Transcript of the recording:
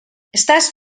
estàs